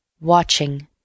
watching